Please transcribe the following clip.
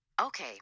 Okay